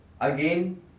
Again